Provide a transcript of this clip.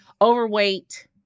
overweight